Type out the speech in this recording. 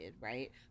right